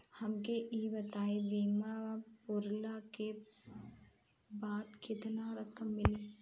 हमके ई बताईं बीमा पुरला के बाद केतना रकम मिली?